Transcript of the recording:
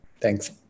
Thanks